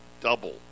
double